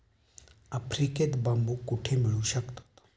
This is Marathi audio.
आफ्रिकेत बांबू कुठे मिळू शकतात?